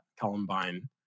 Columbine